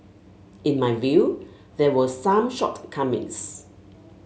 in my view there were some shortcomings